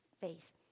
face